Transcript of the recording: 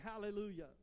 Hallelujah